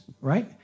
right